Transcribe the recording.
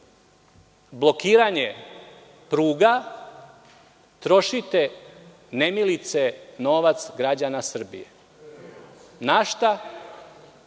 blokiranje pruga, trošite nemilice novac građana Srbije. Na šta?